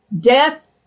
Death